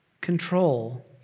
control